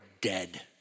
dead